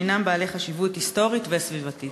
שהם בעלי חשיבות היסטורית וסביבתית?